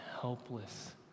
helpless